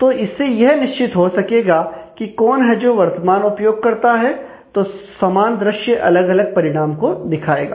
तो इससे यह निश्चित हो सकेगा की कौन है जो वर्तमान उपयोगकर्ता है तो समान दृश्य अलग अलग परिणाम को दिखाएगा